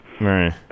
Right